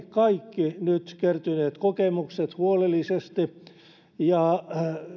kaikki nyt kertyneet kokemukset huolellisesti